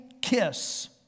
kiss